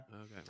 Okay